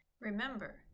Remember